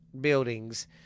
buildings